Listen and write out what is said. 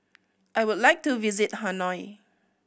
I would like to visit Hanoi